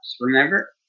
remember